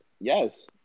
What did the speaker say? yes